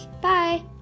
Bye